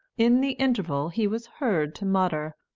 in the interval he was heard to mutter,